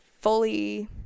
fully